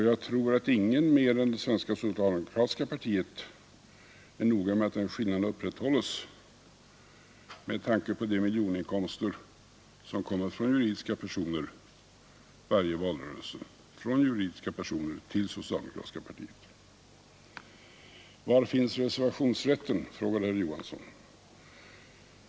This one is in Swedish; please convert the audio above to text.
Jag tror att ingen mer än det svenska socialdemokratiska partiet är noga med att den skillnaden upprätthålls med tanke på de miljoninkomster som varje valrörelse kommer från juridiska personer till det socialdemokratiska partiet. Var finns reservationsrätten, frågade herr Johansson.